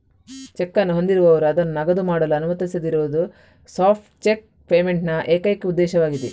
check ಅನ್ನು ಹೊಂದಿರುವವರು ಅದನ್ನು ನಗದು ಮಾಡಲು ಅನುಮತಿಸದಿರುವುದು ಸ್ಟಾಪ್ ಚೆಕ್ ಪೇಮೆಂಟ್ ನ ಏಕೈಕ ಉದ್ದೇಶವಾಗಿದೆ